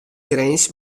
grins